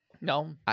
No